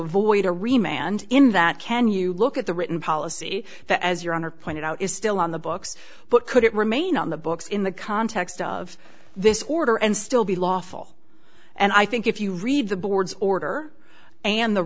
remained in that can you look at the written policy that as your honor pointed out is still on the books but could it remain on the books in the context of this order and still be lawful and i think if you read the board's order and the